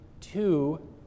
two